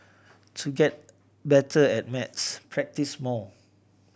to get better at maths practise more